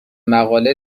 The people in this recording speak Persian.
مقاله